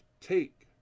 take